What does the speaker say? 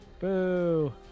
Boo